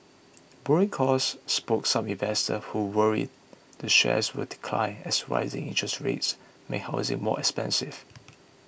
borrowing costs spooked some investors who worry the shares will decline as rising interest rates make housing more expensive